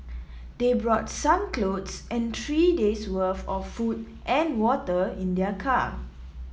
they brought some clothes and three days worth of food and water in their car